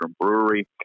Brewery